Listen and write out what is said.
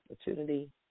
opportunity